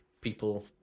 people